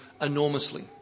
enormously